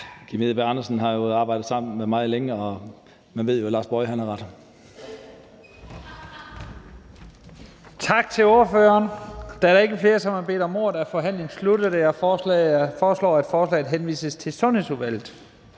Kim Edberg Andersen har jo arbejdet sammen med mig længe, og man ved jo, at Lars Boje har ret.